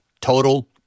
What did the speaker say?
Total